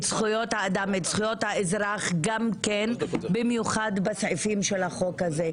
זכויות האדם ואת זכויות האזרח במיוחד בסעיפים של החוק הזה.